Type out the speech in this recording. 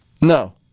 No